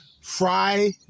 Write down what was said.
Fry